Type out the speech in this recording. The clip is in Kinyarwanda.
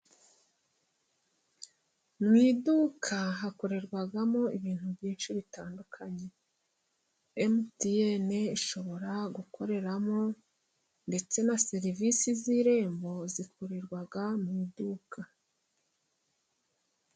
Mu iduka hakorerwamo ibintu byinshi bitandukanye. MTN ishobora gukoreramo ndetse na serivisi z'irembo zikorerwa mu iduka.